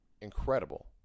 incredible